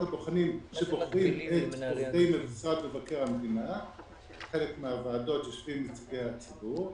הבוחנים שבוחרים למשרד הוועדה ובחלק מהוועדות יושבים נציגי הציבור,